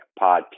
Podcast